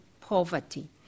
poverty